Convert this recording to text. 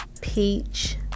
peach